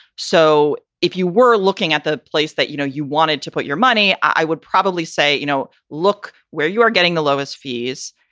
so if you were looking at the place that, you know, you wanted to put your money, i would probably say, you know, look where you are getting the lowest fees,